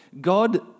God